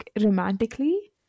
romantically